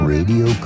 Radio